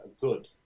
good